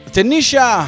Tanisha